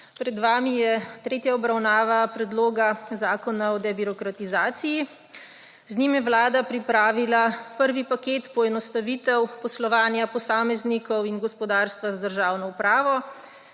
Pred vami je tretja obravnava Predloga zakona o debirokratizaciji. Z njim je vlada pripravila prvi paket poenostavitev poslovanja posameznikov in gospodarstva z državno upravo.